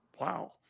Wow